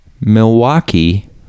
Milwaukee